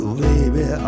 baby